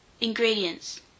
Ingredients